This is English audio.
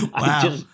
Wow